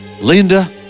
Linda